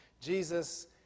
Jesus